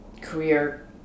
career